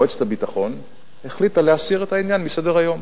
מועצת הביטחון החליטה להסיר את העניין מסדר-היום.